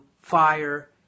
Fire